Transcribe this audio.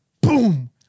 boom